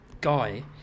guy